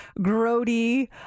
grody